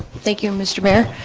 thank you, mr. mayor,